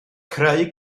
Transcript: creu